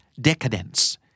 Decadence